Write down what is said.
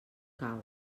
cau